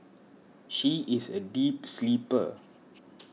she is a deep sleeper